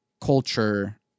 culture